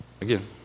Again